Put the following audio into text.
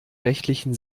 rechtlichen